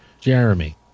Jeremy